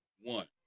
one